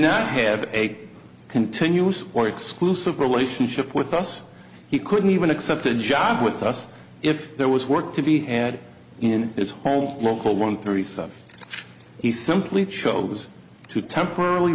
not have a continuous or exclusive relationship with us he couldn't even accept a job with us if there was work to be had in his home local one thirty some he simply chose to temporarily